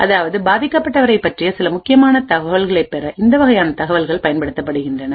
அதாவது பாதிக்கப்பட்டவரைப் பற்றிய சில முக்கியமான தகவல்களைப் பெற இந்த வகையான தகவல்கள் பயன்படுத்தப்படுகின்றன